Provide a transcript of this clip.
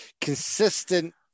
consistent